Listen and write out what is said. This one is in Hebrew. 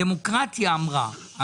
הדמוקרטיה אמרה,